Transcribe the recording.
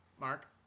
Mark